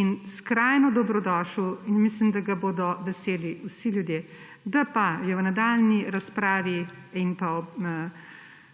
in skrajno dobrodošel, in mislim, da ga bodo veseli vsi ljudje. Da pa so v nadaljnji razpravi